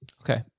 Okay